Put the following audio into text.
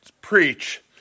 preach